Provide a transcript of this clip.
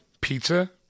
pizza